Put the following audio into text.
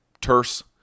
terse